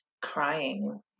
crying